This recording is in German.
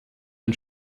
den